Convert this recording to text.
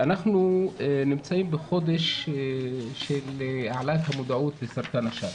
אנחנו נמצאים בחודש של העלאת המודעות לסרטן השד,